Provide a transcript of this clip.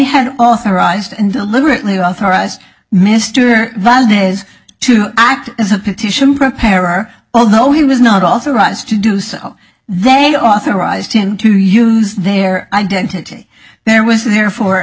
had authorized and deliberately authorized mr valdez to act as a petition preparer although he was not authorized to do so they authorized him to use their identity there was therefor